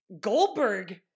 Goldberg